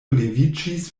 leviĝis